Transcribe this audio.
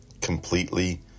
Completely